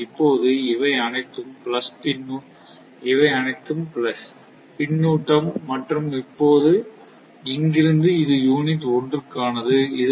இப்போது இவை அனைத்தும் பிளஸ் பின்னூட்டம் மற்றும் இப்போது இங்கிருந்து இது யூனிட் ஒன்றுக்கானது இது